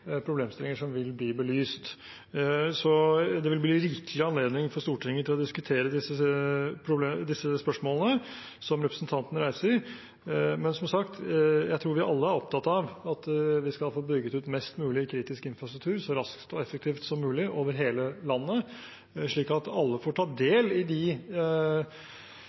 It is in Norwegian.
bli belyst, så det vil bli rikelig anledning for Stortinget til å diskutere disse spørsmålene som representanten reiser. Men som sagt, jeg tror vi alle er opptatt av at vi skal få bygget ut mest mulig kritisk infrastruktur så raskt og effektivt som mulig over hele landet, slik at alle får ta del i de